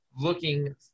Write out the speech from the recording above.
looking